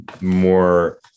more